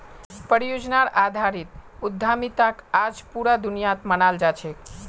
परियोजनार आधारित उद्यमिताक आज पूरा दुनियात मानाल जा छेक